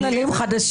יש כללים חדשים.